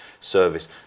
service